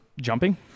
jumping